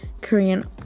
Korean